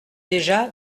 déjà